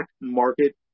market